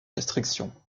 restriction